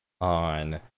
on